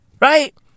Right